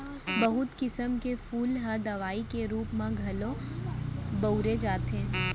बहुत किसम के फूल ल दवई के रूप म घलौ बउरे जाथे